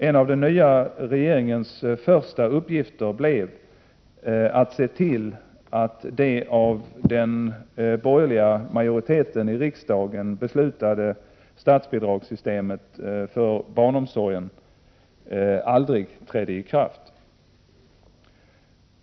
En av den nya regeringens första uppgift blev att se till att det av den borgerliga majoriteten i riksdagen beslutade statsbidragssystemet för barnomsorgen aldrig trädde i kraft.